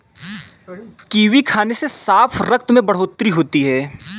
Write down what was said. kiwi खाने से साफ रक्त में बढ़ोतरी होती है